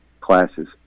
classes